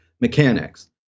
mechanics